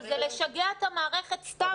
אבל זה לשגע את המערכת סתם.